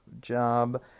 job